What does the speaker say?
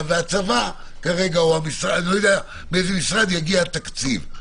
אני לא יודע מאיזה משרד יגיע התקציב,